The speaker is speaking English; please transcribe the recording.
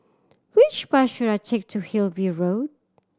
which bus should I take to Hillview Road